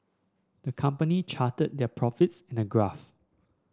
the company charted their profits in a graph